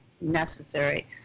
necessary